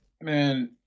Man